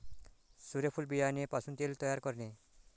सूर्यफूल बियाणे पासून तेल तयार करणे